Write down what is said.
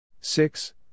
Six